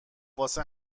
واسه